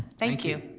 thank you.